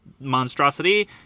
monstrosity